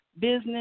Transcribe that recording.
business